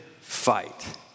fight